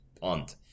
punt